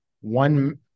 one